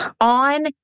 on